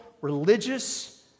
religious